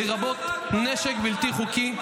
לרבות נשק בלתי חוקי,